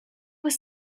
was